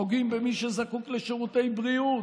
פוגעים במי שזקוק לשירותי בריאות,